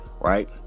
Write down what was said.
Right